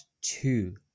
two